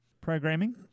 programming